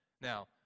Now